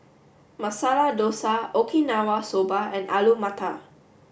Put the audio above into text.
Masala Dosa Okinawa Soba and Alu Matar